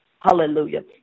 Hallelujah